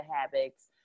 habits